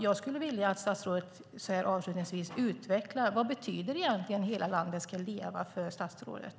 Jag skulle vilja att statsrådet avslutningsvis utvecklar detta: Vad betyder egentligen Hela landet ska leva för statsrådet?